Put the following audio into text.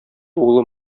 улы